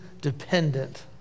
dependent